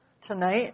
tonight